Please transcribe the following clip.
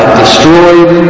destroyed